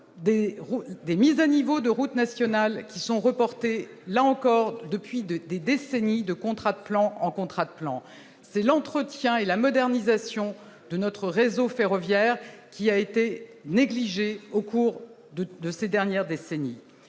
des mises à niveau de routes nationales qui sont reportées, là encore, depuis 2 des décennies de contrat de plan en contrat de plan, c'est l'entretien et la modernisation de notre réseau ferroviaire qui a été négligée au cours de de ces dernières décennies